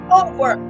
over